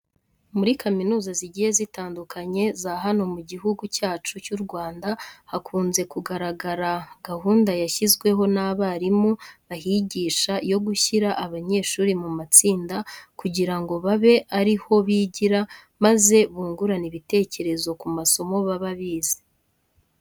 Muri kaminuza zigiye zitandukanye za hano mu Gihugu cyacu cy'u Rwanda hakunze kugaragara gahunda yashyizweho n'abarimu bahigisha yo gushyira abanyeshuri mu matsinda kugira ngo babe ari ho bigira maze bungurane ibitekerezo ku masomo baba bize.